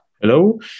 Hello